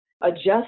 adjust